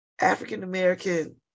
african-american